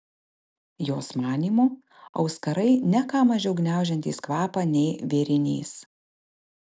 jos manymu auskarai ne ką mažiau gniaužiantys kvapą nei vėrinys